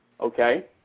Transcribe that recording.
Okay